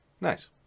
Nice